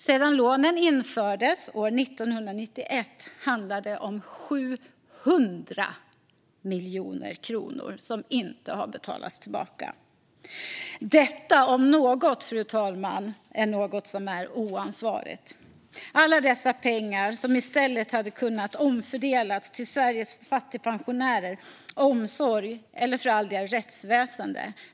Sedan lånen infördes 1991 handlar det om 700 miljoner kronor som inte har betalats tillbaka. Detta om något, fru talman, är oansvarigt. Alla dessa pengar hade i stället kunnat omfördelas till Sveriges fattigpensionärer, omsorg eller för all del rättsväsen.